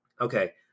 Okay